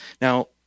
Now